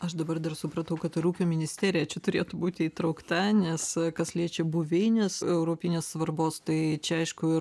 aš dabar dar supratau kad ir ūkio ministerija čia turėtų būti įtraukta nes kas liečia buveines europinės svarbos tai čia aišku ir